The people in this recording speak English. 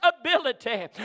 ability